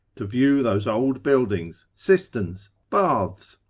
to view those old buildings, cisterns, baths,